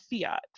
fiat